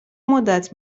مدت